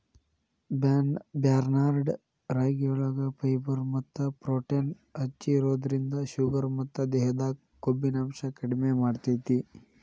barnyard ರಾಗಿಯೊಳಗ fibre ಮತ್ತ protein ಹೆಚ್ಚಿರೋದ್ರಿಂದ ಶುಗರ್ ಮತ್ತ ದೇಹದಾಗ ಕೊಬ್ಬಿನಾಂಶ ಕಡಿಮೆ ಮಾಡ್ತೆತಿ